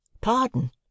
Pardon